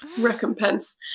recompense